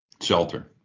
shelter